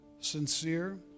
sincere